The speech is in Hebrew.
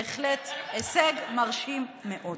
בהחלט הישג מרשים מאוד.